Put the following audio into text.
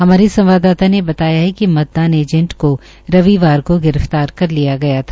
हमारे संवाददाता ने बताया कि मतदान एजेंट को रविवार को गिरफ्तार कर लिया गया था